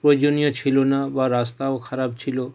প্রয়োজনীয় ছিলো না বা রাস্তাও খারাপ ছিলো